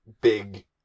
Big